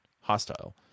hostile